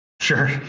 Sure